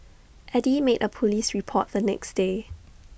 Eddy made A Police report the next day